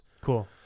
Cool